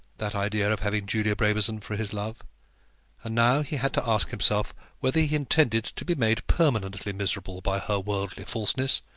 that idea of having julia brabazon for his love and now he had to ask himself whether he intended to be made permanently miserable by her worldly falseness,